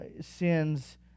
sins